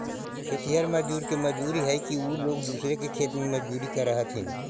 खेतिहर मजदूर के मजबूरी हई कि उ लोग दूसर के खेत में मजदूरी करऽ हथिन